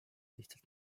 lihtsalt